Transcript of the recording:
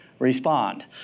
respond